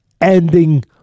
ending